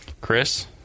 Chris